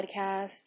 podcast